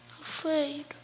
afraid